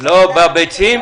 אי-אפשר לדעת --- בביצים,